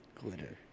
Glitter